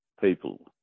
people